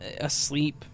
asleep